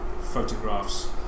photographs